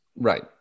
Right